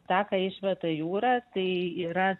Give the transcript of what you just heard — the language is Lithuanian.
tą ką išmeta jūra tai yra